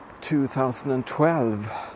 2012